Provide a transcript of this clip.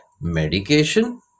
medication